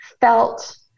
felt